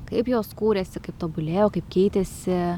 kaip jos kūrėsi kaip tobulėjo kaip keitėsi